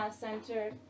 center